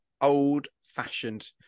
old-fashioned